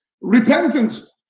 repentance